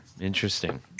Interesting